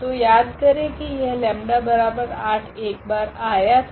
तो याद करे की यह 𝜆8 एक बार आया था